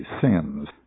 sins